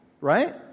right